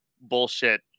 bullshit